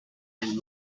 and